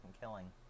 killing